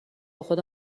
خدا